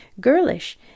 girlish